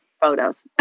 photos